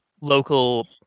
local